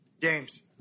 James